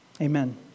Amen